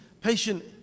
patient